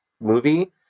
movie